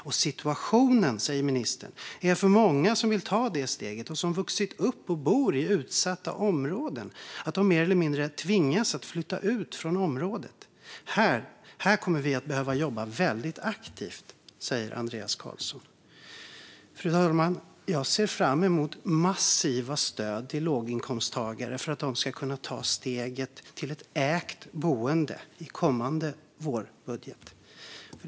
"Och situationen", säger ministern, är att "många som vill ta det steget och som vuxit upp och bor i utsatta områden, mer eller mindre tvingas att flytta ut från området. Här kommer vi att behöva jobba väldigt aktivt." Fru talman! Jag ser fram emot massiva stöd till låginkomsttagare för att de ska kunna ta steget till ett ägt boende i kommande vårbudget.